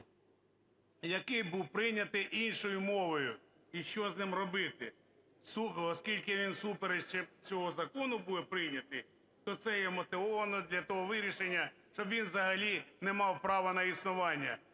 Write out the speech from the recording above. який був прийнятий іншою мовою, і що з ним робити. Оскільки він всупереч цьому закону був прийнятий, то це є мотивовано для того вирішення, щоб він взагалі не мав права на існування.